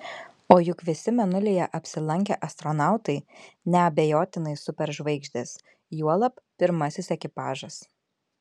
o juk visi mėnulyje apsilankę astronautai neabejotinai superžvaigždės juolab pirmasis ekipažas